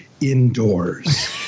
indoors